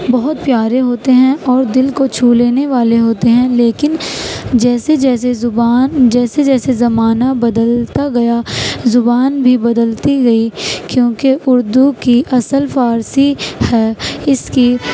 بہت پیارے ہوتے ہیں اور دل کو چھو لینے والے ہوتے ہیں لیکن جیسے جیسے زبان جیسے جیسے زمانہ بدلتا گیا زبان بھی بدلتی گئی کیونکہ اردو کی اصل فارسی ہے اس کی